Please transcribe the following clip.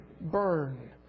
burn